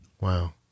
Wow